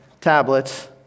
tablets